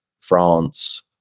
France